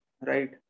right